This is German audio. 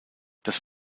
das